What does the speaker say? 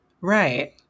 Right